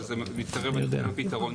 אבל זה מתקרב לתת פתרון.